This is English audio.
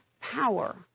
power